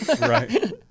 Right